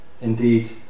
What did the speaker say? indeed